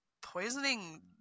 poisoning